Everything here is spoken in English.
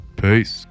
Peace